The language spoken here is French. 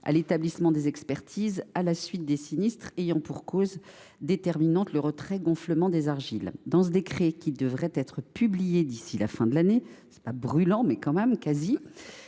à l’établissement des expertises à la suite des sinistres ayant pour cause déterminante le retrait gonflement des argiles. Dans ce décret, qui devrait être publié d’ici à la fin de l’année – c’est quasiment brûlant, monsieur le